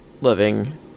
living